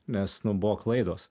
nes nu buvo klaidos